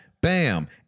Bam